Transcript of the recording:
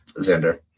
xander